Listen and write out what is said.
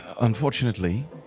Unfortunately